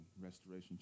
Restoration